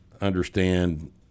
understand